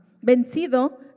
vencido